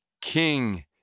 king